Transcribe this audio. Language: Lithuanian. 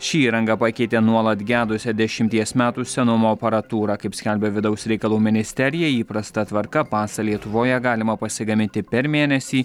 ši įranga pakeitė nuolat gedusią dešimties metų senumo aparatūrą kaip skelbia vidaus reikalų ministerija įprasta tvarka pasą lietuvoje galima pasigaminti per mėnesį